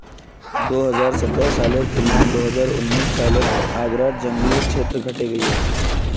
दो हज़ार सतरह सालेर तुलनात दो हज़ार उन्नीस सालोत आग्रार जन्ग्लेर क्षेत्र घटे गहिये